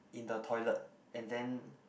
in the toilet and then